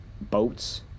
boats